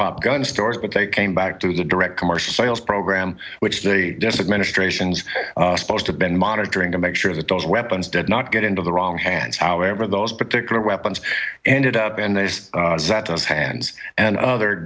pop gun stores but they came back to the direct commercial sales program which they desert ministrations supposed to been monitoring to make sure that those weapons did not get into the wrong hands however those particular weapons ended up and that is that those hands and other